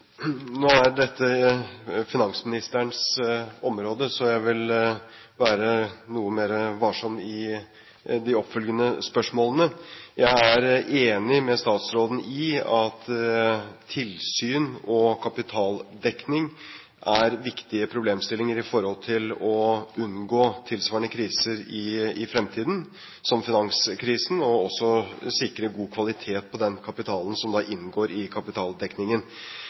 jeg vil være noe mer varsom i de oppfølgende spørsmålene. Jeg er enig med statsråden i at tilsyn og kapitaldekning er viktige problemstillinger i forhold til å unngå tilsvarende kriser som finanskrisen i fremtiden og også å sikre god kvalitet på den kapitalen som da inngår i kapitaldekningen.